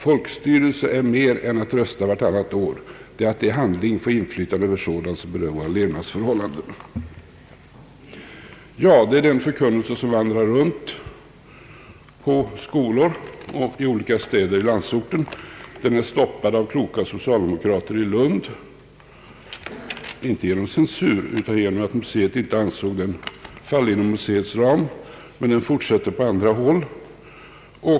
Folkstyre är mer än att rösta vartannat år, det är att i handling få inflytande över sådant som berör våra levnadsförhållanden.» Detta är den förkunnelse som vandrar runt bland skolor och i olika städer i landsorten. Den är stoppad av kloka socialdemokrater i Lund — inte genom censur, utan genom att museet inte ansåg den falla inom museets ram — men den fortsätter på andra håll.